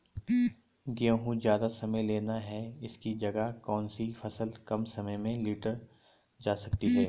गेहूँ ज़्यादा समय लेता है इसकी जगह कौन सी फसल कम समय में लीटर जा सकती है?